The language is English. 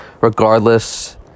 regardless